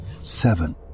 seven